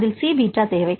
அதில் C beta தேவை